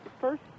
first